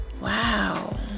Wow